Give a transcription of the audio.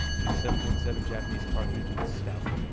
and the seven point seven japanese cartridge is stout.